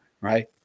right